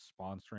sponsoring